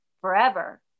forever